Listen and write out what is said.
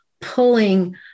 pulling